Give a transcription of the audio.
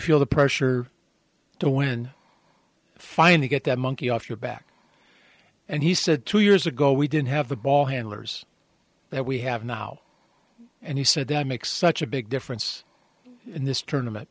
feel the pressure to win finally get that monkey off your back and he said two years ago we didn't have the ball handlers that we have now and he said that makes such a big difference in this tournament